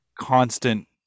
Constant